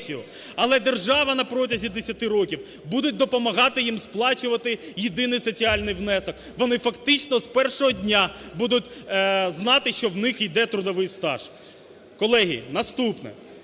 але держава на протязі 10 років буде допомагати їм сплачувати єдиний соціальний внесок. Вони фактично з першого дня будуть знати, що в них іде трудовий стаж. Колеги, наступне.